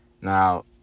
Now